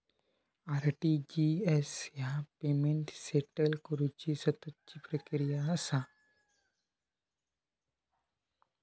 RTGS ह्या payment settle करुची सततची प्रक्रिया असा